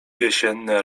jesienne